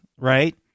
right